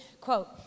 quote